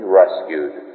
rescued